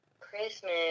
Christmas